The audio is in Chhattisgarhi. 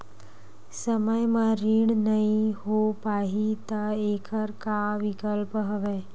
समय म ऋण नइ हो पाहि त एखर का विकल्प हवय?